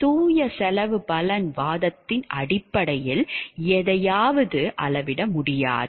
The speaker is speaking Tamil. தூய செலவு பலன் விவாதத்தின் அடிப்படையில் எதையாவது அளவிட முடியாது